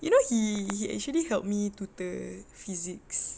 you know he he actually helped me tutor physics